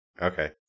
Okay